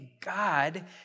God